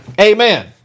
Amen